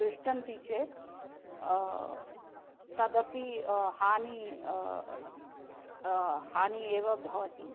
दृष्टन्ति चेत् तदपि हानिः हानिः एव भवति